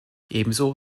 ebenso